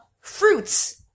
fruits